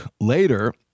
later